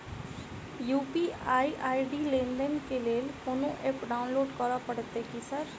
UPI ID लेनदेन केँ लेल कोनो ऐप डाउनलोड करऽ पड़तय की सर?